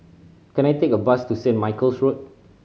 can I take a bus to Saint Michael's Road